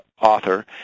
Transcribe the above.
author